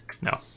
No